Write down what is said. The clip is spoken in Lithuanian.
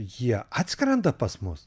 jie atskrenda pas mus